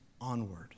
onward